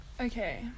Okay